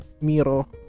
Miro